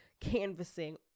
canvassing